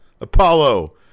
Apollo